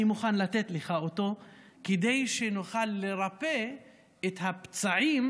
אני מוכן לתת לך אותו כדי שנוכל לרפא את הפצעים